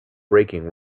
breaking